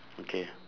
okay